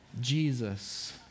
Jesus